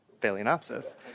Phalaenopsis